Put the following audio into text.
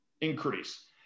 increase